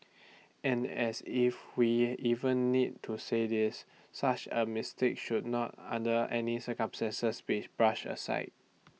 and as if we even need to say this such A mistake should not under any circumstances be brush aside